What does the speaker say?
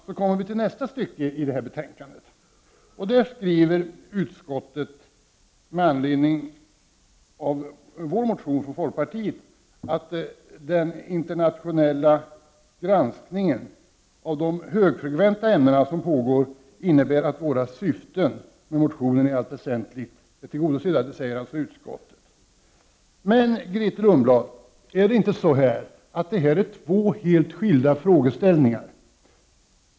Så kommer vi till nästa stycke i betänkandet. Där skriver utskottet med anledning av folkpartiets motion att den internationella granskning som pågår av de högfrekventa ämnena innebär att våra syften med motionen i allt väsentligt är tillgodosedda. Detta säger alltså utskottet. Grethe Lundblad, rör inte det här sig om två skilda frågeställningar?